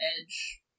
Edge